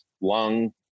lung